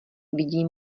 vidí